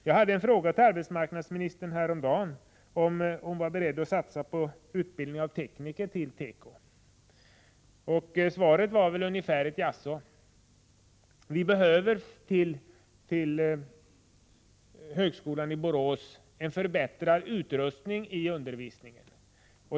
Jag hade en fråga till arbetsmarknadsministern häromdagen om hon var beredd att satsa på utbildning av tekniker till teko. Svaret var ungefär ett jaså. Vi behöver till högskolan i Borås en förbättrad utrustning för undervisningen.